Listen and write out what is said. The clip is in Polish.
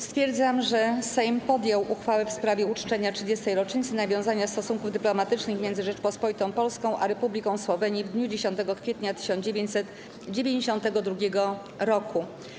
Stwierdzam, że Sejm podjął uchwałę w sprawie uczczenia 30. rocznicy nawiązania stosunków dyplomatycznych między Rzecząpospolitą Polską a Republiką Słowenii w dniu 10 kwietnia 1992 r.